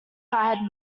had